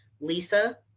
lisa